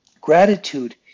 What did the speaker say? Gratitude